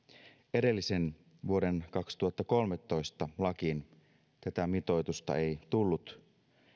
edelliseen vuoden kaksituhattakolmetoista lakiin tätä mitoitusta ei tullut